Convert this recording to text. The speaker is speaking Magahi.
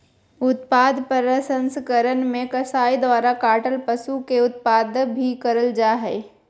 उत्पाद प्रसंस्करण मे कसाई द्वारा काटल पशु के उत्पाद के भी करल जा हई